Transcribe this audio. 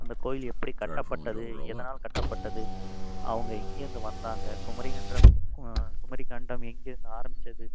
அந்த கோவில் எப்படி கட்டப்பட்டது எதனால் கட்டப்பட்டது அவங்க எங்கேருந்து வந்தாங்க குமரி கண்டம் குமரி கண்டம் எங்கேருந்து ஆரபிச்சது